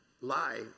lie